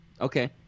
Okay